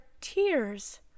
tears